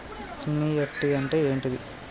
NEFT అంటే ఏంటిది?